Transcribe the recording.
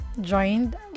joined